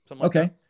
Okay